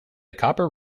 copper